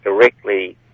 directly